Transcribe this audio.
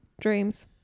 dreams